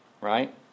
right